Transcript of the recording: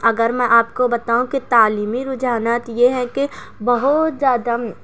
اگر میں آپ کو بتاؤں کہ تعلیمی رجحانات یہ ہے کہ بہت زیادہ